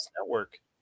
Network